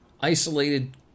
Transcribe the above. isolated